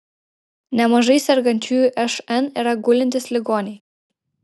nemažai sergančiųjų šn yra gulintys ligoniai